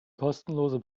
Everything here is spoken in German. kostenlose